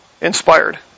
inspired